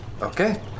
Okay